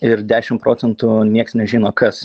ir dešim procentų nieks nežino kas